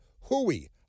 hooey